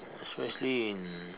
especially in